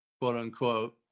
quote-unquote